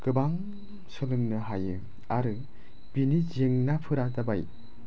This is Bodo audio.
गोबां सोलोंनो हायो आरो बेनि जेंनाफोरा जाबाय